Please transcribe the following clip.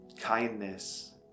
kindness